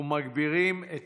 ומגבירים את